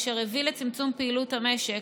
אשר הביא לצמצום בפעילות המשק,